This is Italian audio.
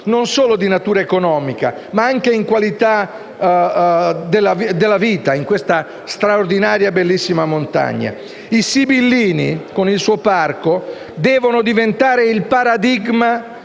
non solo di natura economica, ma anche in termini di qualità della vita in questa straordinaria e bellissima montagna. I Monti Sibillini, con il loro parco, devono diventare il paradigma